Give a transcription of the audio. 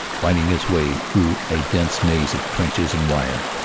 fighting its way through a dense maze of trenches and wire,